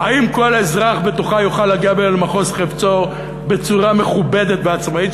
האם כל אזרח בתוכה יוכל להגיע למחוז חפצו בצורה מכובדת ועצמאית,